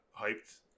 hyped